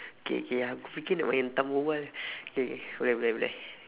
K K aku fikir nak main hentam berbual K boleh boleh boleh